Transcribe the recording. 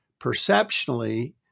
Perceptionally